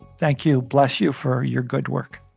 thank you. bless you for your good work